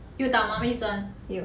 有打麻醉针